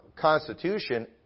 constitution